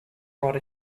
write